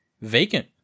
vacant